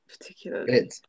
particularly